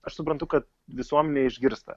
aš suprantu kad visuomenė išgirsta